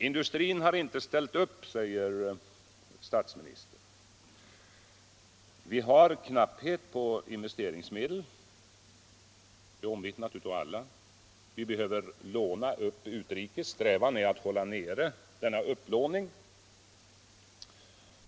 Industrin har inte ställt upp, säger statsministern. Vi har knapphet på investeringsmedel. Det är omvittnat av alla. Vi behöver låna utrikes. Strävan är att begränsa denna upplåning.